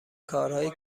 کارهای